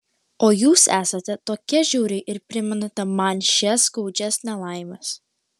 o jūs esate tokia žiauri ir primenate man šias skaudžias nelaimes